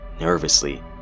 nervously